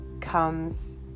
comes